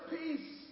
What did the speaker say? peace